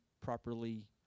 properly